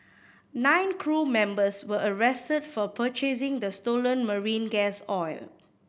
nine crew members were arrested for purchasing the stolen marine gas oil